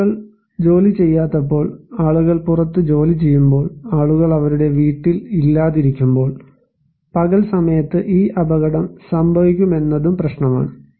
ആളുകൾ ജോലി ചെയ്യാത്തപ്പോൾ ആളുകൾ പുറത്ത് ജോലിചെയ്യുമ്പോൾ ആളുകൾ അവരുടെ വീട്ടിൽ ഇല്ലാതിരിക്കുമ്പോൾ പകൽ സമയത്ത് ഈ അപകടം സംഭവിക്കുമെന്നതും പ്രശ്നമാണ്